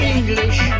English